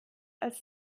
als